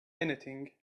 anything